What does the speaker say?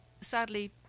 sadly